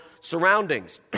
surroundings